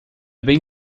bem